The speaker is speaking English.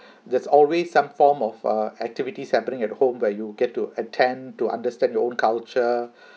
there's always some form of err activities happening at home where you get to attend to understand your own culture